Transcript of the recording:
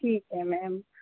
ਠੀਕ ਹੈ ਮੈਮ